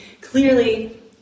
clearly